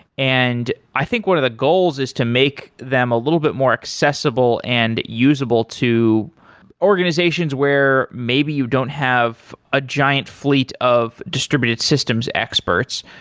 and i think one of the goals is to make them a little bit more accessible and usable to organizations where maybe you don't have a giant fleet of distributed systems experts.